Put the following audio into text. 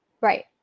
Right